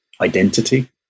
identity